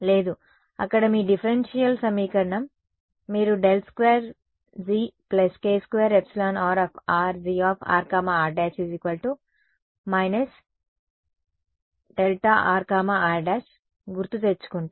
లేదు అక్కడ మీ డిఫరెన్షియల్ సమీకరణం మీరు ∇2 G k2 εr Grr′ − δ rr′ గుర్తు తెచ్చుకుంటే విద్యార్థి మీరు దానిని డిస్క్రెటై స్ చేయడం ఏమిటి